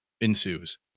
Ensues